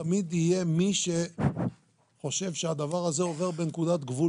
תמיד יהיה מי שחושב שהדבר עובר בנקודת גבול